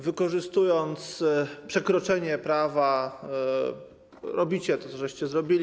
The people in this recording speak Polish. Wykorzystując przekroczenie prawa, robicie to, co żeście zrobili.